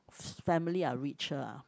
family are richer ah